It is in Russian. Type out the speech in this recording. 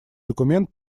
документ